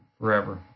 forever